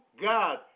God